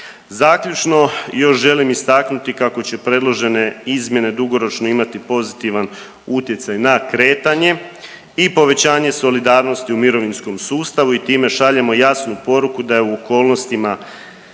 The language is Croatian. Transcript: Zaključno još želim istaknuti kako će predložene izmjene dugoročno imati pozitivan utjecaj na kretanje i povećanje solidarnosti u mirovinskom sustavu i time šaljemo jasnu poruku da je u okolnostima